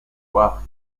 voire